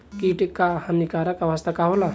कीट क हानिकारक अवस्था का होला?